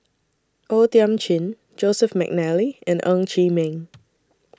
O Thiam Chin Joseph Mcnally and Ng Chee Meng